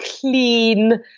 clean